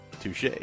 Touche